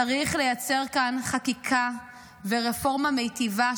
צריך לייצר כאן חקיקה ורפורמה מיטיבה,